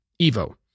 Evo